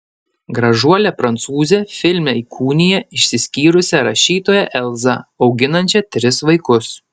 gražuolė prancūzė filme įkūnija išsiskyrusią rašytoją elzą auginančią tris vaikus